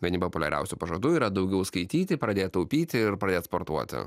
vieni populiariausių pažadų yra daugiau skaityti pradėt taupyti ir pradėt sportuoti